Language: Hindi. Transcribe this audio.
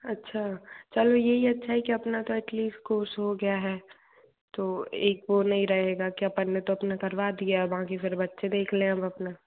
अच्छा चलो यही अच्छा है कि अपना तो एट लिस्ट कोर्स हो गया है तो एक वो नहीं रहेगा कि अपन ने तो अपना करवा दिया और बाक़ी फिर बच्चे देख लें हम अपना